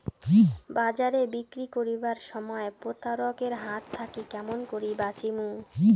বাজারে বিক্রি করিবার সময় প্রতারক এর হাত থাকি কেমন করি বাঁচিমু?